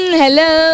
hello